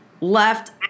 left